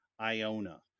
Iona